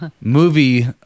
movie